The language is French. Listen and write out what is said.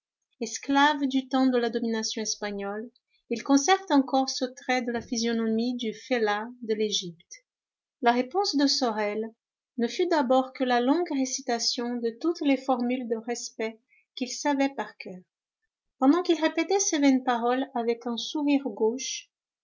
esclaves du temps de la domination espagnole ils conservent encore ce trait de la physionomie du fellah de l'égypte la réponse de sorel ne fut d'abord que la longue récitation de toutes les formules de respect qu'il savait par coeur pendant qu'il répétait ces vaines paroles avec un sourire gauche